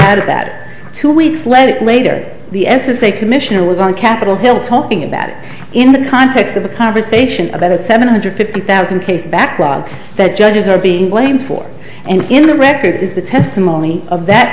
that two weeks later later the s s a commissioner was on capitol hill talking about it in the context of a conversation about a seven hundred fifty thousand case backlog that judges are being blamed for and in the record is the testimony of that